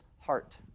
heart